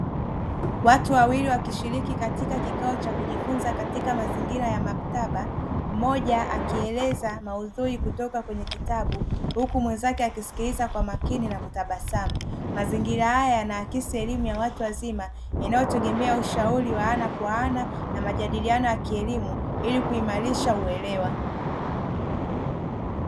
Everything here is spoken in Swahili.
Watu wawili wakishiriki katika kikao cha kujifunza katika mazingira ya maktaba mmoja akieleza maudhui kutoka kwenye kitabu huku mwenzake akisikiliza kwa makini, na kutabasamu mazingira haya yanaakisi elimu ya watu wazima yanayotegemea ushauri wa ana kwa ana na majadiliano ya kielimu ili kuimarisha uelewa.